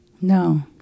No